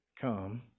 come